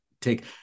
take